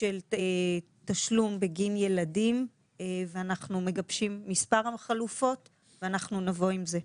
של תשלום בגין ילדים ואנחנו מגבשים מספר חלופות ואנחנו נבוא עם זה.